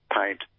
paint